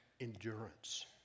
endurance